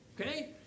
Okay